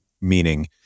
meaning